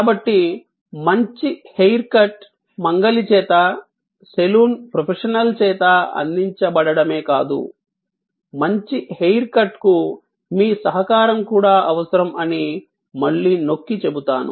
కాబట్టి మంచి hair cut మంగలి చేత సెలూన్ ప్రొఫెషనల్ చేత అందించబడడమే కాదు మంచి హెయిర్ కట్ కు మీ సహకారం కూడా అవసరం అని మళ్ళీ నొక్కి చెబుతాను